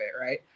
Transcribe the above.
right